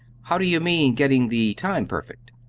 how do you mean, getting the time perfect?